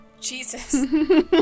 Jesus